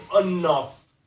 enough